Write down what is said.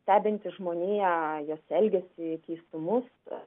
stebintis žmoniją jos elgesį keistumus